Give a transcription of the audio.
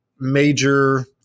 major –